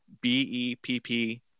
B-E-P-P